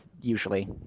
usually